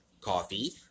coffee